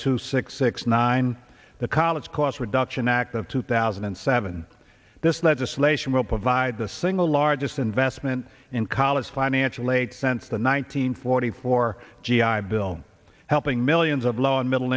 two six six nine the college cost reduction act of two thousand and seven this legislation will provide the single largest investment in college financial aid sense the one nine hundred forty four g i bill helping millions of low and middle